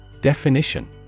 Definition